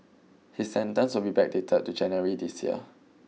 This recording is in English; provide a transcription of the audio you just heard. his sentence will be backdated to January this year